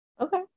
okay